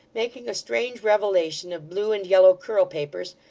making a strange revelation of blue and yellow curl-papers,